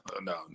no